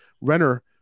Renner